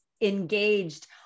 engaged